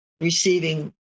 receiving